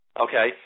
Okay